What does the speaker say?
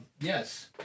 yes